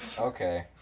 Okay